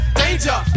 danger